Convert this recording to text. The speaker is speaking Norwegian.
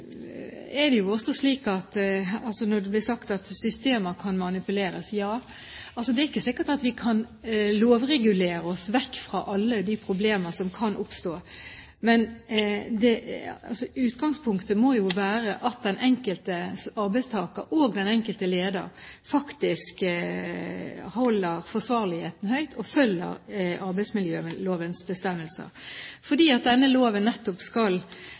Utgangspunktet må jo være at den enkelte arbeidstaker og den enkelte leder faktisk holder forsvarligheten høyt og følger arbeidsmiljølovens bestemmelser, fordi denne loven nettopp skal